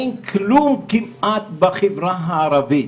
אין כלום כמעט בחברה הערבית.